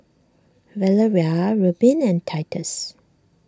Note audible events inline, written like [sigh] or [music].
[noise] Valeria Reubin and Titus